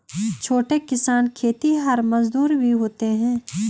छोटे किसान खेतिहर मजदूर भी होते हैं